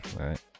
right